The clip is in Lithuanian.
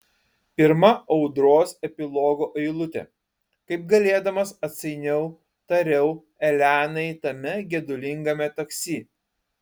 pirma audros epilogo eilutė kaip galėdamas atsainiau tariau elenai tame gedulingame taksi